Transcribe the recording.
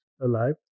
alive